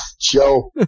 Joe